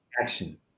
Action